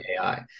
AI